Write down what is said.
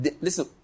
Listen